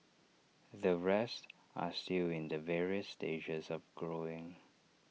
the rest are still in the various stages of growing